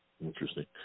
Interesting